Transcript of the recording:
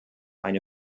eine